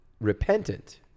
repentant